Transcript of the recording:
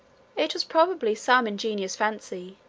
it was probably some ingenious fancy,